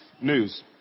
news